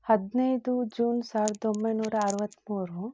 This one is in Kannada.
ಹದಿನೈದು ಜೂನ್ ಸಾವಿರದೊಂಬೈನೂರ ಅರವತ್ಮೂರು